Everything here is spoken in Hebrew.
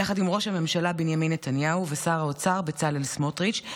יחד עם ראש הממשלה בנימין נתניהו ושר האוצר בצלאל סמוטריץ',